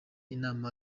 inama